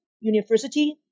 university